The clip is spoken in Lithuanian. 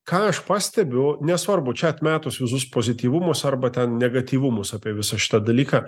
ką aš pastebiu nesvarbu čia atmetus visus pozityvumus arba ten negatyvumus apie visą šitą dalyką